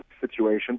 situation